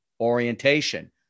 orientation